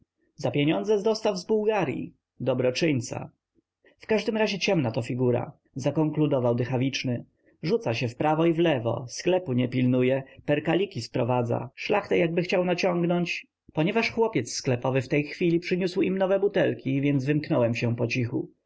za pieniądze z dostaw w bułgaryi dobroczyńca w każdym razie ciemna to figura zakonkludował dychawiczny rzuca się wprawo i wlewo sklepu nie pilnuje perkaliki sprowadza szlachtę jakby chciał naciągnąć ponieważ chłopiec sklepowy w tej chwili przyniósł im nowe butelki więc wymknąłem się pocichu